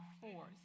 force